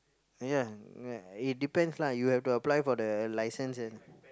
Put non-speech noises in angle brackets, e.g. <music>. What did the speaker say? ya <noise> it depends lah you have to apply for the licence and